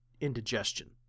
indigestion